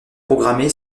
programmé